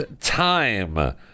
time